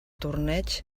torneig